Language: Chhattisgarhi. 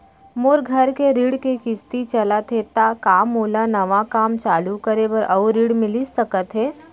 मोर घर के ऋण के किसती चलत हे ता का मोला नवा काम चालू करे बर अऊ ऋण मिलिस सकत हे?